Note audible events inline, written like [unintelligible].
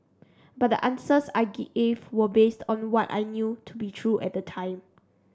but the answers I [unintelligible] were based on what I knew to be true at the time